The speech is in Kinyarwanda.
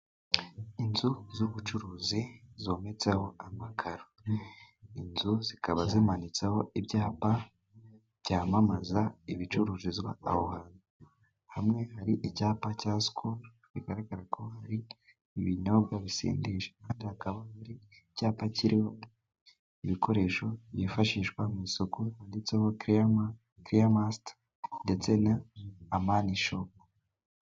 Inzu z'ubucuruzi zometseho amakaro. Inzu zikaba zimanitseho ibyapa byamamaza ibicururizwa aho hantu. Hamwe hari icyapa cya Sikoro, bigaragara ko hari ibinyobwa bisindisha, kandi hakaba hari icyapa kirimo ibikoresho byifashishwa mu isuku, handetseho keya masiti, ndetse na Amani shopu.